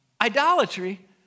Idolatry